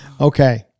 Okay